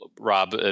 Rob